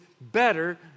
better